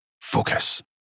focus